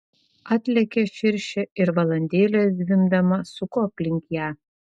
atlėkė širšė ir valandėlę zvimbdama suko aplink ją